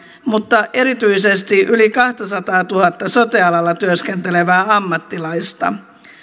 mutta erityisesti yli kahtasataatuhatta sote alalla työskentelevää ammattilaista